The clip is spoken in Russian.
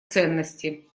ценности